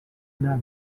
una